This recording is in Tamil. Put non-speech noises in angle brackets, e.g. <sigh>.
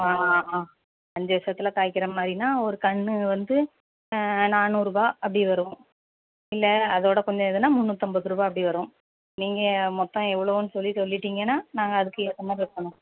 ஆ அஞ்சு வருஷத்தில் காய்க்கிறமாதிரின்னா ஒரு கன்று வந்து நாநூருபா அப்படி வரும் இல்லை அதோட கொஞ்சம் இதுன்னா முந்நூற்றம்பது ரூவா அப்படி வரும் நீங்கள் மொத்தம் எவ்வளோன்னு சொல்லி சொல்லிவிட்டிங்கன்னா நாங்கள் அதுக்கு ஏத்தமாதிரி <unintelligible>